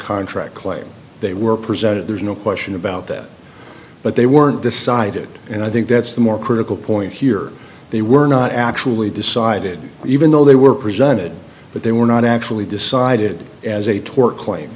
contract claim they were presented there's no question about that but they weren't decided and i think that's the more critical point here they were not actually decided even though they were presented but they were not actually decided as a tort claim